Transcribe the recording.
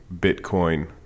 Bitcoin